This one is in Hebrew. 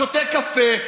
שותה קפה,